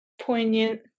poignant